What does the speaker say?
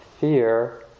fear